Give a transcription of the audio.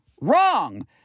wrong